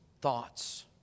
thoughts